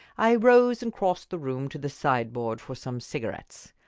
i rose and crossed the room to the sideboard for some cigarettes.